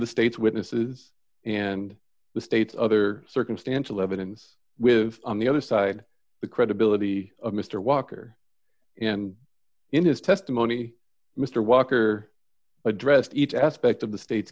the state's witnesses and the state's other circumstantial evidence with on the other side the credibility of mr walker and in his testimony mr walker addressed each aspect of the state